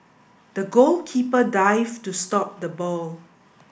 the goalkeeper dived to stop the ball